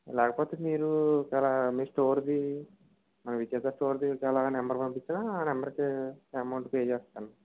లేకపోతే మీరు ఒకేలా మీ స్టోర్ది మన విజేత స్టోర్ది ఒకేలా నెంబర్ పంపిచ్చినా నెంబర్కి అమౌంట్ పే చేస్తాను